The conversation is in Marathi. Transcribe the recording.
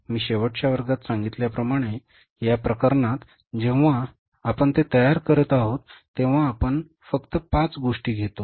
मी शेवटच्या वर्गात सांगितल्याप्रमाणे या प्रकरणात जेव्हा आपण ते तयार करणार आहोत तेव्हा आपण फक्त 5 गोष्टी घेतो